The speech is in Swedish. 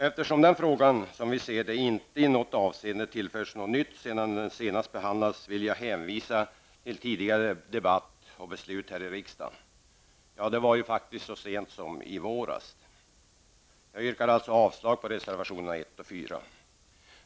Eftersom denna fråga, som vi ser det, inte i något avseende tillförts något nytt sedan den senast behandlades, ber jag att få hänvisa till tidigare debatt och beslut här i riksdagen. Det var faktiskt så sent som i våras. Jag yrkar således avslag på reservationerna 1 och 4.